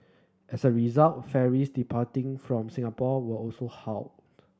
as a result ferries departing from Singapore were also halted